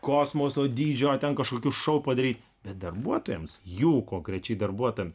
kosmoso dydžio ten kažkokių šou padaryti bet darbuotojams jų konkrečiai darbuotojam